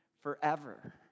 forever